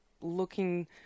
looking